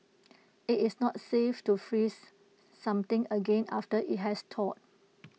IT is not safe to freeze something again after IT has thawed